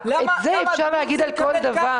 את זה אפשר להגיד על כל דבר.